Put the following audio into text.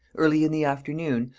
early in the afternoon,